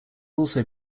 also